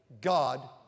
God